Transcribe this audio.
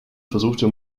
versuchte